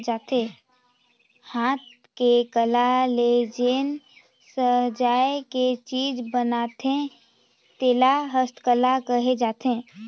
हाथ के कला ले जेन सजाए के चीज बनथे तेला हस्तकला कहल जाथे